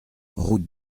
route